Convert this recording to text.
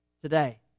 today